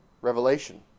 revelation